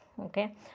okay